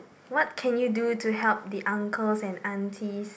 what can you do to help the uncles and aunties